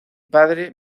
padre